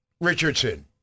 richardson